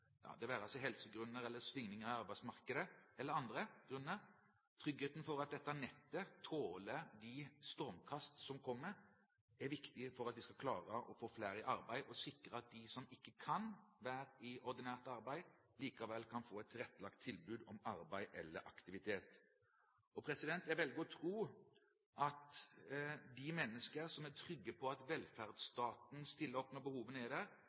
det være seg helsegrunner, svingninger i arbeidsmarkedet eller andre grunner – tåler de stormkast som kommer, er viktig for at vi skal klare å få flere i arbeid og sikre at de som ikke kan være i ordinært arbeid, likevel kan få et tilrettelagt tilbud om arbeid eller aktivitet. Jeg velger å tro at de mennesker som er trygge på at velferdsstaten stiller opp når behovene er der,